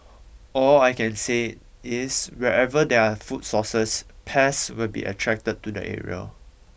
all I can say is wherever there are food sources pests will be attracted to the area